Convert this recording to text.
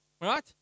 Right